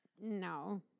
No